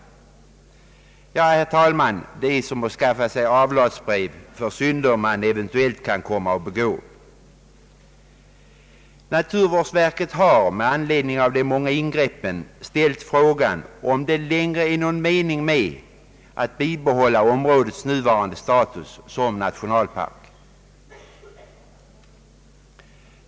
Ja, herr talman, det är som att skaffa sig avlatsbrev för synder man eventuellt kan komma att begå. Naturvårdsverket har med anledning av de många ingreppen ställt den berättigade frågan, om det längre är någon mening med att bibehålla områdets nuvarande status som nationalpark.